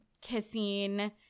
kissing